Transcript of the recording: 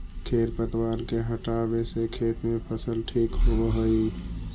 खेर पतवार के हटावे से खेत में फसल ठीक होबऽ हई